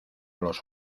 los